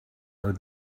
are